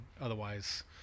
otherwise